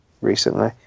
recently